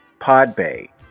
PodBay